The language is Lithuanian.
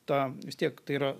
ta vis tiek tai yra